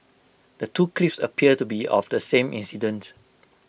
the two clips appear to be of the same incident